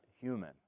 human